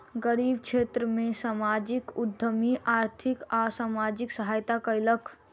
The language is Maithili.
गरीब क्षेत्र में सामाजिक उद्यमी आर्थिक आ सामाजिक सहायता कयलक